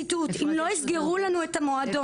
ציטוט: "הם לא יסגרו לנו את המועדון,